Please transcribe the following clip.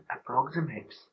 approximates